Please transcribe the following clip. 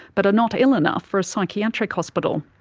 but are not ill enough for a psychiatric hospital.